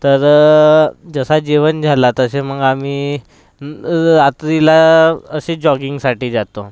तर जसा जेवण झाला तसे मग आम्ही रात्रीला असेच जॉगिंगसाठी जातो